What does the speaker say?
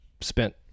spent